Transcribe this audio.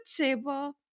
table